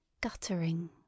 guttering